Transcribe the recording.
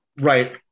right